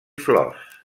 flors